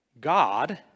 God